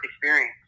experience